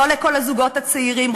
לא לכל הזוגות הצעירים,